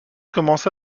commença